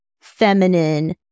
feminine